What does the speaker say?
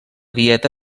dieta